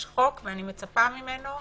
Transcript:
יש חוק, ואני מצפה ממנו,